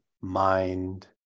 mind